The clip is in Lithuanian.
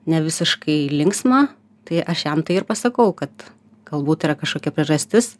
ne visiškai linksmą tai aš jam tai ir pasakau kad galbūt yra kažkokia priežastis